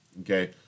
Okay